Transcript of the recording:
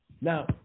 Now